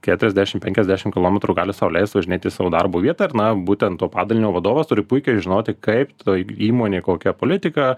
keturiasdešim penkiasdešim kilometrų gali sau leist važinėti į savo darbo vietą ir na būtent to padalinio vadovas turi puikiai žinoti kaip toj įmonėj kokia politika